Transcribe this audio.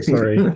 Sorry